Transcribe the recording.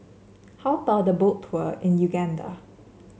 how about a Boat Tour in Uganda